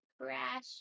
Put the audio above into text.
crash